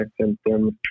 symptoms